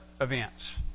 events